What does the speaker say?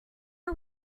are